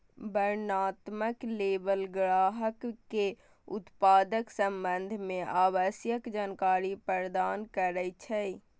वर्णनात्मक लेबल ग्राहक कें उत्पादक संबंध मे आवश्यक जानकारी प्रदान करै छै